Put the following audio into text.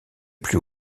plus